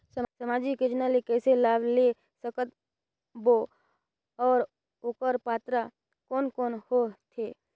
समाजिक योजना ले कइसे लाभ ले सकत बो और ओकर पात्र कोन कोन हो थे?